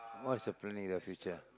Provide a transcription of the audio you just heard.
what's your planning in the future